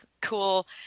cool